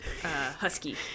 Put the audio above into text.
husky